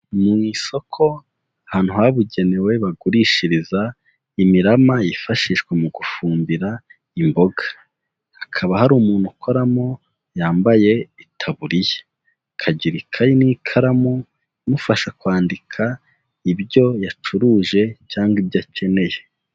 Mu isoko ahantu habugenewe bagurishiriza imirama, yifashishwa mu gufumbira imboga, hakaba hari umuntu ukoramo yambaye itaburiya akagira ikayi n'ikaramu, imufasha kwandika ibyo yacuruje cyangwa ibyo akeneye.